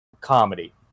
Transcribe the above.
comedy